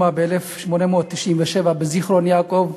הוקמה ב-1897 בזיכרון-יעקב